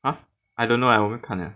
ha I don't know leh 我没有看 leh